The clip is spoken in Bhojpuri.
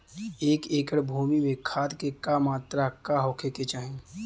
एक एकड़ भूमि में खाद के का मात्रा का होखे के चाही?